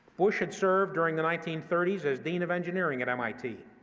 bush had served during the nineteen thirty s as dean of engineering at mit,